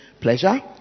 pleasure